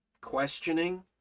Questioning